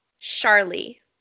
Charlie